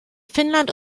finnland